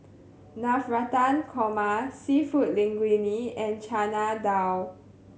Navratan Korma Seafood Linguine and Chana Dal